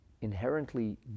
inherently